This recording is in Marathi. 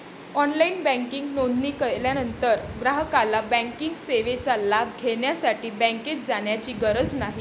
ऑनलाइन बँकिंग नोंदणी केल्यानंतर ग्राहकाला बँकिंग सेवेचा लाभ घेण्यासाठी बँकेत जाण्याची गरज नाही